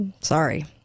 sorry